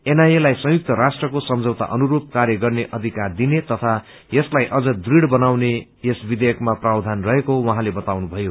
एनआइएलाई संयुक्त राष्ट्रको सम्झौता अनुरूप कार्य गर्ने अयिकार दिने तथा यसलाई अन्न दुढ़ बनाउने यस विषेयकमा प्रावधान रहेको उहाँले बताउनुभयो